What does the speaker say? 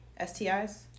STIs